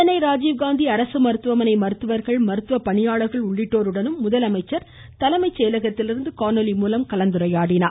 சென்னை ராஜீவ்காந்தி அரசு மருத்துவமனை மருத்துவர்கள் மருத்துவ பணியாளர்கள் உள்ளிட்டோருடனும் முதலமைச்சர் தலைமை செயலகத்திலிருந்து காணொலி மூலம் கலந்துரையாடினா்